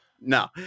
no